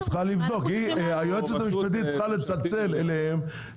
היועצת המשפטית צריכה לצלצל אליהם,